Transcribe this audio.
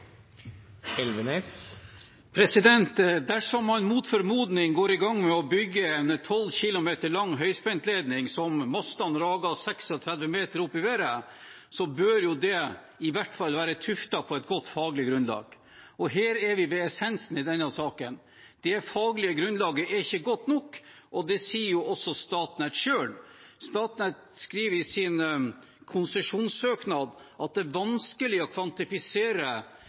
Dersom man mot formodning går i gang med å bygge en 12 km lang høyspentledning med master som rager 36 meter opp i været, bør det i hvert fall være tuftet på et godt faglig grunnlag. Og her er vi ved essensen i denne saken. Det faglige grunnlaget er ikke godt nok, og det sier også Statnett selv. Statnett skriver i sin konsesjonssøknad at det er vanskelig å kvantifisere